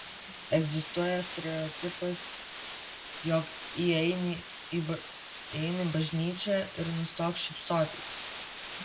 egzistuoja stereotipas jog įeini bažnyčią ir nustok šypsotis